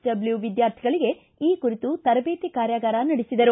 W ವಿದ್ಯಾರ್ಥಿಗಳಿಗೆ ಈ ಕುರಿತು ತರಬೇತಿ ಕಾರ್ಯಾಗಾರ ನಡೆಸಿದರು